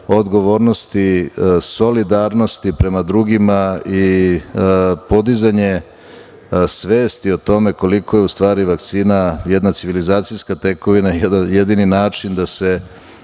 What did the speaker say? odgovornosti, solidarnosti prema drugima i podizanje svesti o tome koliko je u stvari vakcina jedna civilizacijska tekovina jedini način da se